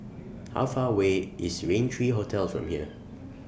How Far away IS Rain three Hotel from here